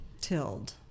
tilled